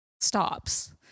stops